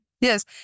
Yes